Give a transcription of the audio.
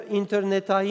internet